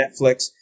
Netflix